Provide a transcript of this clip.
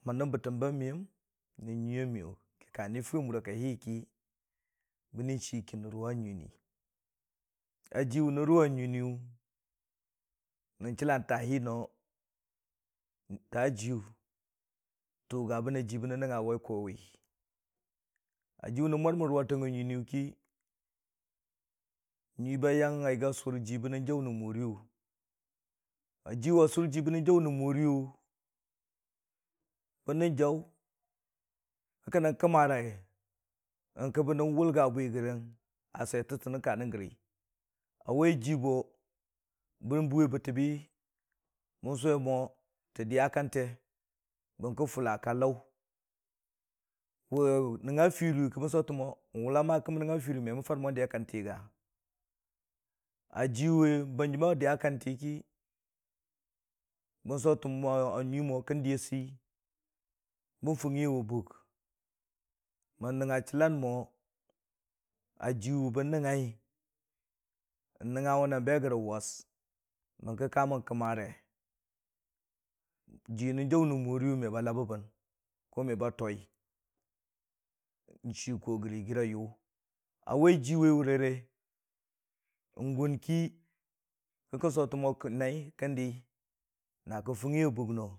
mənnnən bətəm ba miyəm na ngyuiya miyʊ kə ka ni fʊwi a mʊra kai hi ki bənən chii kin nən ruwa nyiinii. Ajiwe nən ruwa ayiiniiyʊ nən diila taahi mo, taajiiyʊ, tʊgabən a ji bə nən nəngnga a wai koo wi, ajii wʊ nən murmən ruwatangnga nyiiniiyʊ ki, nyʊii ba yang a sʊr ji bən nən jaʊ kə kən nən kəmare yəngkə bənən wʊlga bwi gərəng a swetətən nən ka nən gəri. A wai ji bo bən bʊwe təty bi bənsʊwe mo tə diya kante bən kə fula ka lau, wʊ nəngnga firiyʊ kə bə sʊtən mo, wʊla ma ki mən nəngnga firiyəngme mən farə mo diya kanti ga? A jiwe hanjim a diya kantiki bə sʊtən a nuii mo kən diya sei bən fʊngngiye wa bʊk mən nəngnga chilan mo jiwʊ bən nəngngai n'nəngngawe na be gəre was, bən kə ka mən kə mare ji nən jaʊ nən moriyʊ me ba labəbən ko me ba tʊyi nidikoo gəre yigii rə yʊ a wai ji wai wʊrare n'gʊnki kə kən sʊtən mo naai kən di.